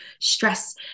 stress